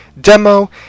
demo